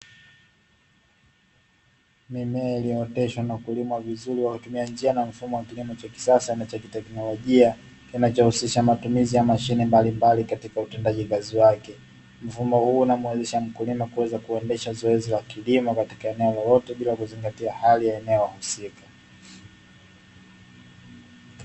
Mimea iliyooteshwa na kulimwa vizuri kwa kutumia njia na mfumo wa kilimo cha kisasa na cha kiteknologia, kinachohusisha matumizi ya mashine mbalimbali katika utendaji kazi wake, mfumo huu unamuwezesha mkulima kuweza kuendesha zoezi la kilimo katika eneo lolote bila kuzingatia hali ya eneo husika.